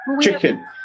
Chicken